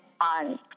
on